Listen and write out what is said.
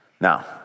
Now